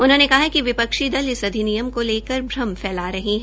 उन्होंने कहा कि विपक्षी दल इस अधिनियम को लेकर भ्रम फैसला रहे है